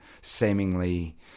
seemingly